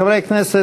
חברי הכנסת,